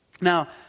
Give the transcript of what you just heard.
Now